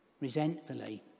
resentfully